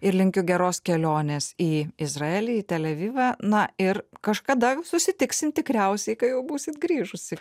ir linkiu geros kelionės į izraelį į tel avivą na ir kažkada susitiksim tikriausiai kai būsit grįžusi